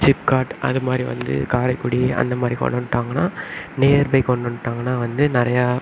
சிப்காட் அது மாதிரி வந்து காரைக்குடி அந்த மாதிரி கொண்டு வந்துட்டாங்கன்னா நியர்பை கொண்டு வந்துட்டாங்கன்னா வந்து நிறையா